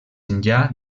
enllà